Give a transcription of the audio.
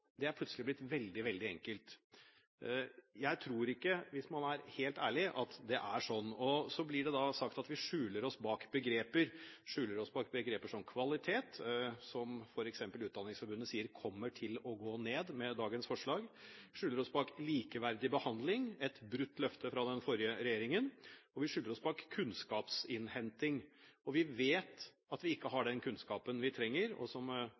plutselig blitt veldig enkelt. Jeg tror ikke – hvis man er helt ærlig – at det er sånn. Det blir sagt at vi skjuler oss bak begreper som «kvalitet», som f.eks. Utdanningsforbundet sier at kommer til å gå ned med dagens forslag. Det blir sagt at vi skjuler oss bak begreper som «likeverdig behandling», som er et brutt løfte fra den forrige regjeringen. Og det blir sagt at vi skjuler oss bak «kunnskapsinnhenting». Vi vet at vi ikke har den kunnskapen vi trenger, og som